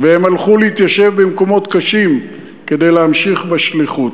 והם הלכו להתיישב במקומות קשים כדי להמשיך בשליחות.